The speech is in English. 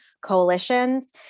coalitions